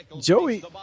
Joey